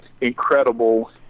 incredible